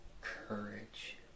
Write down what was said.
courage